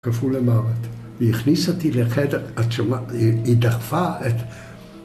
כפו למערות. והיא הכניסה אותי לחדר, את שומעת, והיא דחפה את...